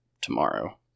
tomorrow